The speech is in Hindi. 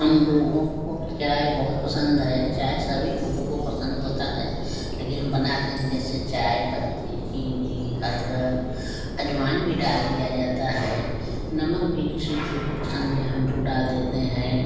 हम लोगों को चाय बहुत पसंद है चाय सभी लोगों को पसंद होता है लेकिन हम बनाते हैं जैसे चाय पत्ती चीनी अदरक अजवाइन भी डाल दिया जाता है नमक भी किसी किसी को पसंद है हम लोग डाल देते हैं